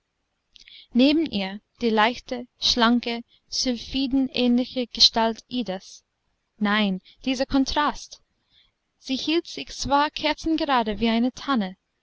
neben ihr die leichte schlanke sylphidenähnliche gestalt idas nein dieser kontrast sie hielt sich zwar kerzengerade wie eine tanne